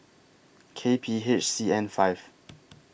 K P H C N five